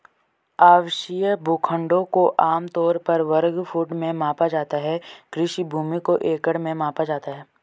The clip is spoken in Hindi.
आवासीय भूखंडों को आम तौर पर वर्ग फुट में मापा जाता है, कृषि भूमि को एकड़ में मापा जाता है